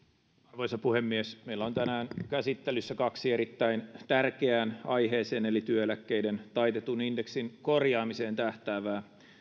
arvoisa puhemies meillä on tänään käsittelyssä kaksi erittäin tärkeään aiheeseen eli työeläkkeiden taitetun indeksin korjaamiseen tähtäävää